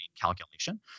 calculation